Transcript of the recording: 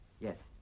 Yes